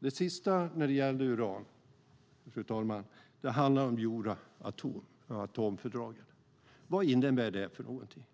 som uppstår. Fru talman! Slutligen när det gäller uran vill jag säga något om Euratomfördraget. Vad innebär det för vår tid?